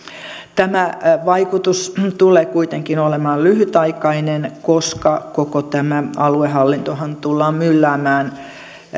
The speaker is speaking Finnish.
tämä vaikutus tulee kuitenkin olemaan lyhytaikainen koska koko tämä aluehallintohan tullaan mylläämään